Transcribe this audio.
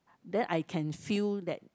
then I can feel that